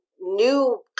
new